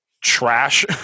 trash